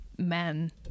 men